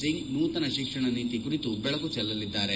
ಸಿಂಗ್ ನೂತನ ಶಿಕ್ಷಣ ನೀತಿ ಕುರಿತು ಬೆಳಕು ಚೆಲ್ಲಲಿದ್ದಾರೆ